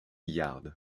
yard